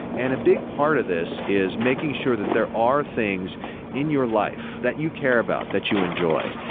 and a big part of this is making sure that there are things in your life that you care about that you enjoy.